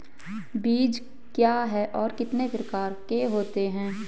बीज क्या है और कितने प्रकार के होते हैं?